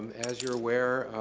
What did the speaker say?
as you're aware,